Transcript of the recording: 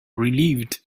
relieved